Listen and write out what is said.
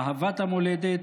אהבת המולדת,